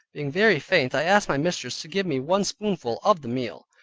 being very faint i asked my mistress to give me one spoonful of the meal,